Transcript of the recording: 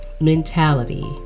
mentality